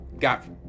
got